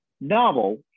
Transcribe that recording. novel